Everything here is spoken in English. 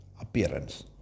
appearance